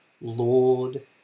Lord